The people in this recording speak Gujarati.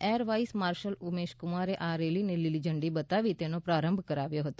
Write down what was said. એર વાઇસ માર્શલ ઉમેશ કુમારે આ રેલીને લીલીઝંડી બતાવીને તેનો પ્રારંભ કરાવ્યો હતો